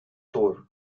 tour